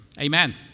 amen